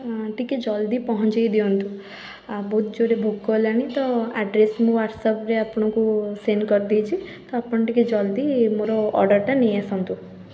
ଟିକିଏ ଜଲ୍ଦି ପହଞ୍ଚେଇ ଦିଅନ୍ତୁ ବହୁତ ଜୋରରେ ଭୋକ ହେଲାଣି ତ ଆଡ୍ରେସ୍ ମୁଁ ହ୍ୱାସ୍ଅପ୍ରେ ଆପଣଙ୍କୁ ସେଣ୍ଡ୍ କରିଦେଇଛି ତ ଆପଣ ଟିକିଏ ଜଲ୍ଦି ମୋର ଅର୍ଡ଼ରଟା ନେଇଆସନ୍ତୁ